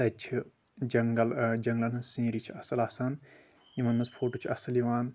تَتہِ چھ جنگل جنگلن ۂنٛز سیٖنری چھ اصل آسان یِمن منٛز فوٹو چھ اَصل یِوان